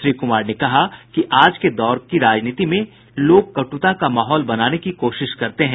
श्री कुमार ने कहा कि आज के दौर की राजनीति में लोग कट्ता का माहौल बनाने की कोशिश करते हैं